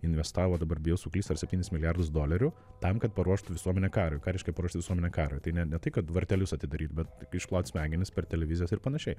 investavo dabar bijau suklyst ar septynis milijardus dolerių tam kad paruoštų visuomenę karui ką reiškia paruošt visuomenę karui tai ne ne tai kad vartelius atidaryt bet išplaut smegenis per televizijas ir panašiai